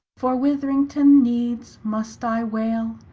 for witherington needs must i wayle,